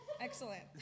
Excellent